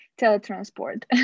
teletransport